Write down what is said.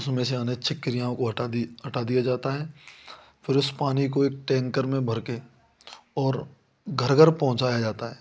उसमें से अनेक छिपकलियां को हटा दिया जाता फिर उस पानी को एक टैंकर में भर कर और घर घर पहुँचाया जाता है